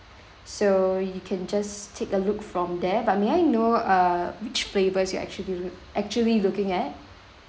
so you can just take a look from there but may I know uh which flavors you actually lo~ actually looking at